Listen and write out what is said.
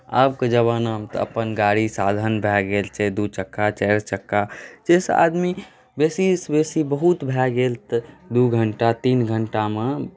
आबके जमानामे तऽ अपन गाड़ी साधन भए गेल छै दू चक्का चारि चक्का जाहिसँ आदमी बेसीसँ बेसी बहुत भए गेल तऽ दू घण्टा तीन घण्टामे